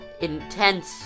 intense